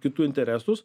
kitų interesus